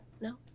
no